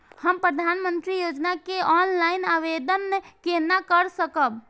हम प्रधानमंत्री योजना के लिए ऑनलाइन आवेदन केना कर सकब?